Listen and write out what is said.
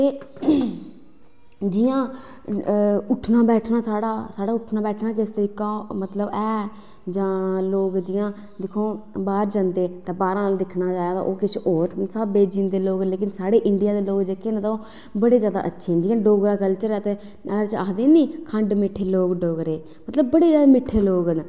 जियां उठना बैठना साढ़ा उठना बैठना जिस तरीका जां लोग जियां दिक्खो बाहर जंदे ते बाहर दा आये दा ओह् जियां होर स्हाबै दे होंदे पर साढ़े इंडिया दे लोग न जेह्के न तां ओह् बड़े जादा अच्छे न जियां डोगरा कल्चर साढ़ा ते आक्खदे नी की खंड मिट्ठे लोग डोगरे एह् बड़े जादा मिट्ठे लोग न